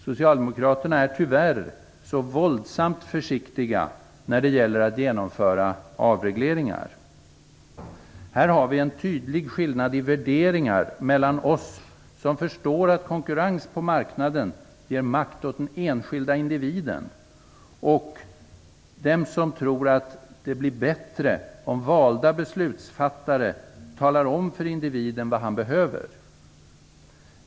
Socialdemokraterna är tyvärr så våldsamt försiktiga när det gäller att genomföra avregleringar. Här har vi en tydlig skillnad i värderingar mellan oss som förstår att konkurrens på marknaden ger makt åt den enskilde individen och dem som tror att det blir bättre om valda beslutsfattare talar om för individen vad han behöver.